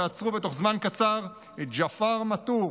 ועצרו בתוך זמן קצר את ג'עפר מטור,